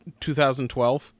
2012